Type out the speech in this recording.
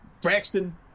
Braxton